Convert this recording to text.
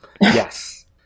Yes